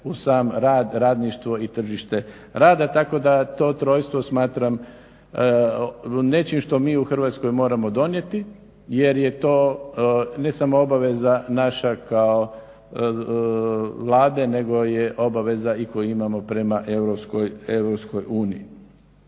uz sam rad, radništvo i tržište rada tako da to trojstvo smatram nečim što mi u Hrvatskoj moramo donijeti jer je to ne samo obaveza naša kao Vlade nego je obaveza i koju imamo prema EU.